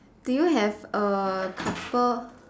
do you have a couple